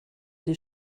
die